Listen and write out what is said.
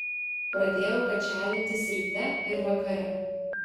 pradėjau kačialintis ryte ir vakare